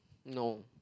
no